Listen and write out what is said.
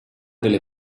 delle